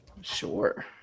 Sure